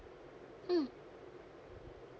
mm